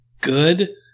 good